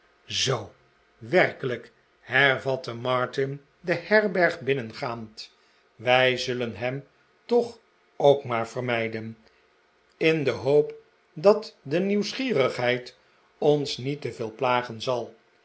zoo werkelijk hervatte martin de herberg binnengaand wij zullen hem toch ook maar vermijden in de hoop dat de nieuwsgierigheid ons niet te veel plagen zal